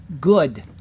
good